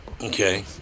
Okay